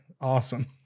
awesome